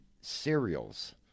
cereals